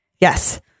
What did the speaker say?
Yes